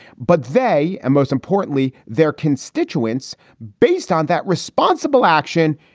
but they and most importantly, their constituents based on that responsible action,